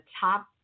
top